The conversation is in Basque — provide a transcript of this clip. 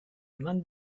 eman